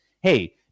Hey